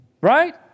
right